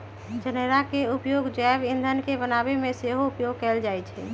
जनेरा के उपयोग जैव ईंधन के बनाबे में सेहो उपयोग कएल जाइ छइ